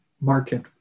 market